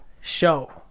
show